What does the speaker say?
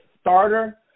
starter